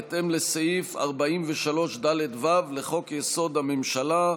בהתאם לסעיף 43ד(ו) לחוק-יסוד: הממשלה,